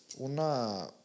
Una